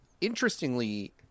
interestingly